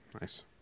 Nice